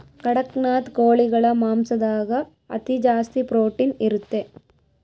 ಕಡಖ್ನಾಥ್ ಕೋಳಿಗಳ ಮಾಂಸದಾಗ ಅತಿ ಜಾಸ್ತಿ ಪ್ರೊಟೀನ್ ಇರುತ್ತೆ